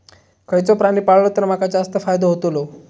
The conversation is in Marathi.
खयचो प्राणी पाळलो तर माका जास्त फायदो होतोलो?